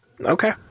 Okay